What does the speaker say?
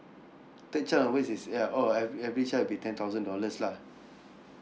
third child onwards is yeah oh every every child will be ten thousand dollars lah